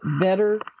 better